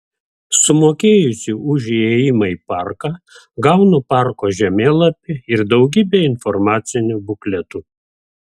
sumokėjusi už įėjimą į parką gaunu parko žemėlapį ir daugybę informacinių bukletų